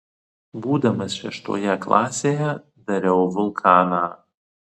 būdamas šeštoje klasėje dariau vulkaną